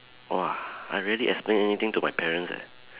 !wah! I rarely explain anything to my parents eh